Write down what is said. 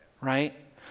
right